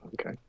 Okay